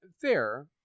Fair